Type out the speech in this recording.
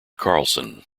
carlson